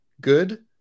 good